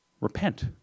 Repent